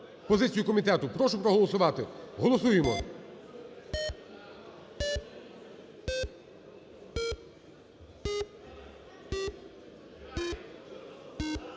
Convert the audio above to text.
позицію комітету. Прошу проголосувати, голосуємо.